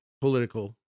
political